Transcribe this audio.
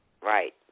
Right